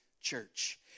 church